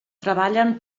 treballen